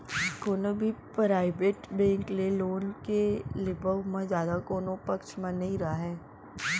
कोनो भी private bank ले लोन के लेवब म जादा कोनो पक्छ म नइ राहय